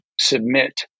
submit